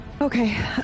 Okay